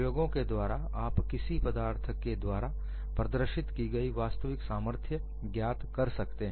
प्रयोगों के द्वारा आप किसी पदार्थ के द्वारा प्रदर्शित की गई वास्तविक सामर्थ्य ज्ञात कर सकते हैं